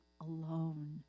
alone